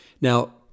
Now